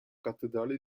cattedrale